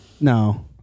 no